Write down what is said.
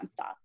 nonstop